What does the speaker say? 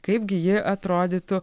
kaipgi ji atrodytų